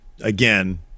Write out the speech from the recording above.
again